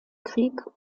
krieg